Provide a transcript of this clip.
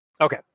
Okay